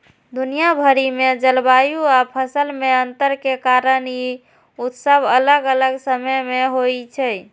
दुनिया भरि मे जलवायु आ फसल मे अंतर के कारण ई उत्सव अलग अलग समय मे होइ छै